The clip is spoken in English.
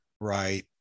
right